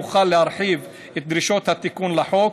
יוכל להרחיב את דרישות התיקון לחוק,